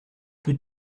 peux